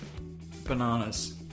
Bananas